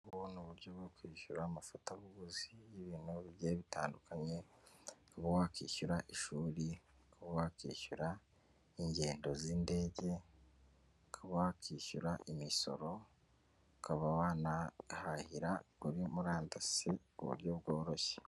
Ubu ni uburyo bwo kwishyura amafatabuguzi y'ibintu bigiye bitandukanye, ukaba wakishyura ishuri, ukaba wakishyura ingendo z'indege, ukaba wakishyura imisoro, ukaba wanahahira kuri murandasi ku buryo bworoshye.